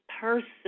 person